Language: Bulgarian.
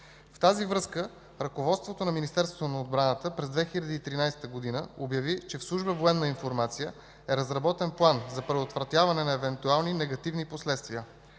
В тази връзка ръководството на Министерството на отбраната през 2013 г. обяви, че в Служба „Военна информация” е разработен план за предотвратяване на евентуални негативни последствия.